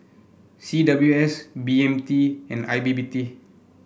C W S B M T and I P P T